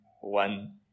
one